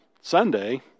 Sunday